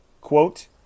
quote